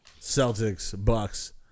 Celtics-Bucks